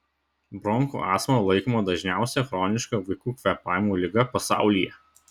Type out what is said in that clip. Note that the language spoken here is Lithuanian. bronchų astma laikoma dažniausia chroniška vaikų kvėpavimo liga pasaulyje